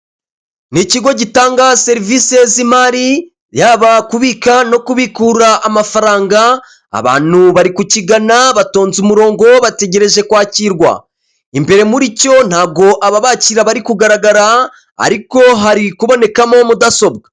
Ni ikigo gitanga serivisi z'imari yaba kubika no kubikura amafaranga abantu bari kukigana batonze umurongo bategereje kwakirwa imbere muri cyo ntago ababakira bari kugaragara ariko hari kubonekamo mudasobwa .